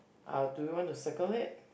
uh do you wanna circle it